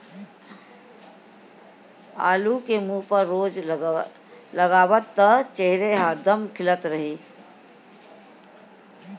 आलू के मुंह पर रोज लगावअ त चेहरा हरदम खिलल रही